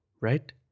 right